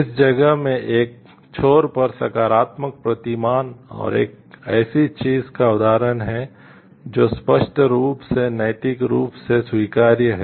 इस जगह में एक छोर पर सकारात्मक प्रतिमान और एक ऐसी चीज का उदाहरण है जो स्पष्ट रूप से नैतिक रूप से स्वीकार्य है